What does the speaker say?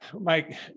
Mike